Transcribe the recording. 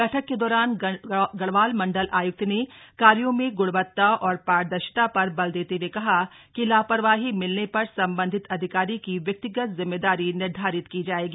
बैठक के दौरान गढ़वाल मण्डल आय्क्त ने कार्यों में ग्णवत्ता और पारदर्शिता पर बल देते हुए कहा कि लापरवाही मिलने पर सम्बन्धित अधिकारी की व्यक्तिगत जिम्मेदारी निर्धारित की जाएगी